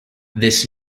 this